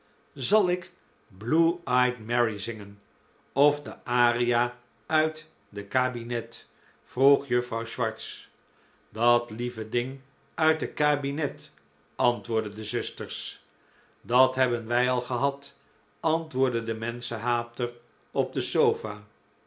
zal ik blue eyed mary zingen of de aria uit de cabinet vroeg juffrouw swartz dat lieve ding uit de cabinet antwoordden de zusters dat hebben wij al gehad antwoordde de menschenhater op de sofa